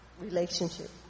relationship